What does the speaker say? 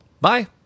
Bye